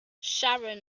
sharon